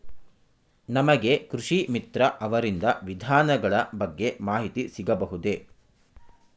ನಮಗೆ ಕೃಷಿ ಮಿತ್ರ ಅವರಿಂದ ವಿಧಾನಗಳ ಬಗ್ಗೆ ಮಾಹಿತಿ ಸಿಗಬಹುದೇ?